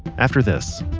after this